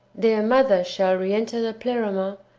their mother shall re-enter the pleroma,